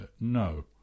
No